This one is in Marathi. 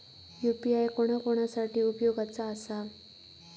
यू.पी.आय कोणा कोणा साठी उपयोगाचा आसा?